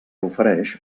ofereix